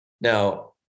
Now